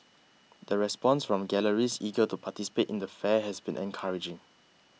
the response from galleries eager to participate in the fair has been encouraging